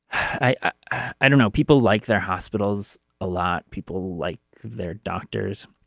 i i don't know. people like their hospitals a lot. people like their doctors.